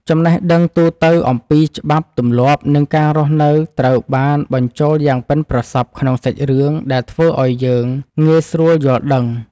ចំណេះដឹងទូទៅអំពីច្បាប់ទម្លាប់និងការរស់នៅត្រូវបានបញ្ចូលយ៉ាងប៉ិនប្រសប់ក្នុងសាច់រឿងដែលធ្វើឱ្យយើងងាយស្រួលយល់ដឹង។